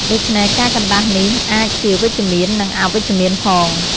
ដូច្នេះ ការកណ្ដាស់នេះអាចជាវិជ្ជមាន និងអវិជ្ជមានផង។